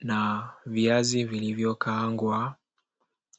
na viazi vilivyokaangwa,